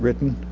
written.